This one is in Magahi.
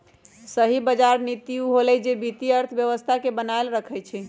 सही बजार नीति उ होअलई जे वित्तीय अर्थव्यवस्था के बनाएल रखई छई